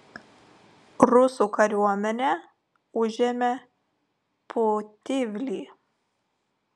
rusų kariuomenė užėmė putivlį